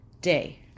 day